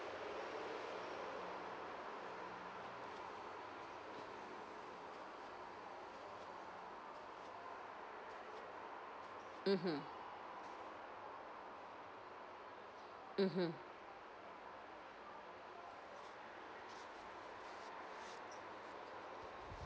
mmhmm mmhmm